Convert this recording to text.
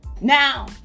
now